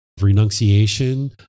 renunciation